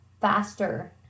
faster